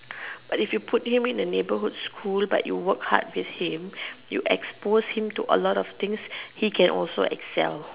but if you put him in a neighbourhood school but you work hard with him you expose him to a lot of things he can also Excel